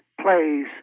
plays